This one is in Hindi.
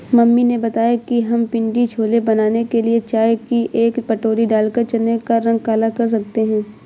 मम्मी ने बताया कि हम पिण्डी छोले बनाने के लिए चाय की एक पोटली डालकर चने का रंग काला कर सकते हैं